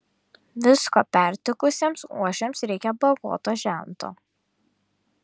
visko pertekusiems uošviams reikia bagoto žento